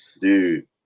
dude